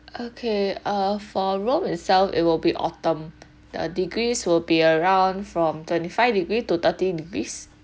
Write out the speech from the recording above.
okay uh for rome itself it will be autumn the degrees will be around from twenty five degree to thirty degrees